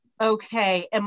Okay